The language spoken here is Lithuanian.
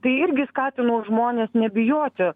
tai irgi skatino žmones nebijoti